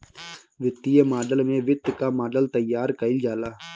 वित्तीय मॉडल में वित्त कअ मॉडल तइयार कईल जाला